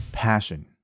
passion